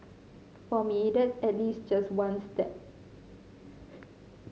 for me that's at least just one step